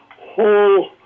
whole